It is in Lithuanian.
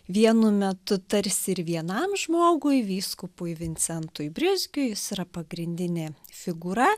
vienu metu tarsi ir vienam žmogui vyskupui vincentui brizgiui jis yra pagrindinė figūra